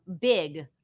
big